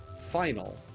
final